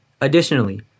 Additionally